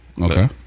Okay